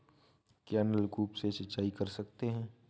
क्या नलकूप से सिंचाई कर सकते हैं?